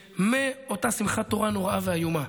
שמאותה שמחת תורה נוראה ואיומה,